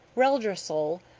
reldresal,